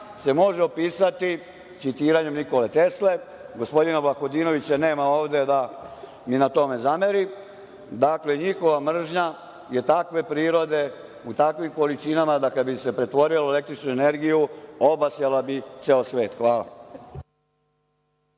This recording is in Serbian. se može opisati citiranjem Nikole Tesle, gospodina Vlakodinovića nema ovde da mi na tome zameri. Dakle, njihova mržnja je takve prirode, u takvim količinama da kada bi se pretvorila u električnu energiju obasjala bi ceo svet. Hvala.